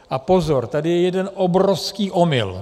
A pozor, tady je jeden obrovský omyl.